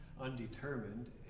undetermined